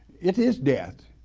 it is death.